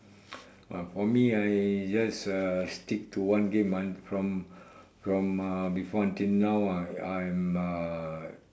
for me I just uh stick to one game from from uh before until now I'm I'm uh